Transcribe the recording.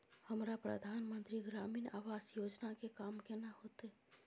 हमरा प्रधानमंत्री ग्रामीण आवास योजना के काम केना होतय?